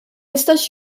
jistax